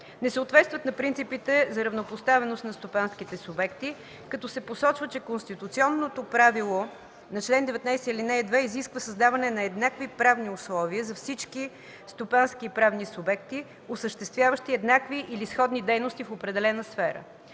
не съответстват на принципите за равнопоставеност на стопанските субекти, като се посочва, че „конституционното правило на чл. 19, ал. 2 изисква създаване на еднакви правни условия за всички стопански и правни субекти, осъществяващи еднакви или сходни дейности в определена сфера”.